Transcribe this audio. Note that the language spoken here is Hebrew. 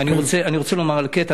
אני רוצה לומר על קטע,